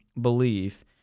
belief